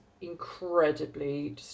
incredibly